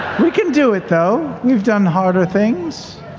we can do it, though. we've done harder things.